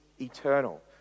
eternal